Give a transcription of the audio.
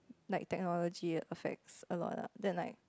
like technology it affects a lot ah then like